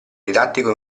didattico